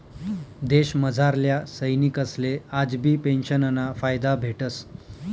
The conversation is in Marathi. देशमझारल्या सैनिकसले आजबी पेंशनना फायदा भेटस